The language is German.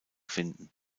finden